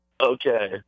Okay